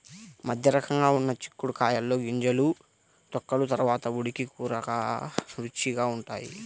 మధ్యరకంగా ఉన్న చిక్కుడు కాయల్లో గింజలు, తొక్కలు త్వరగా ఉడికి కూర రుచిగా ఉంటుంది